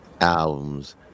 albums